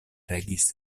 regis